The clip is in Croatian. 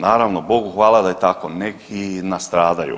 Naravno Bogu hvala da je tako, neki nastradaju.